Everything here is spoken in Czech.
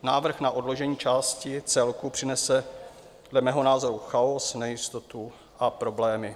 Návrh na odložení části celku přinese dle mého názoru chaos, nejistotu a problémy.